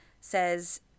says